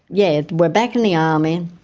yeah we're back in the army